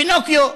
פינוקיו.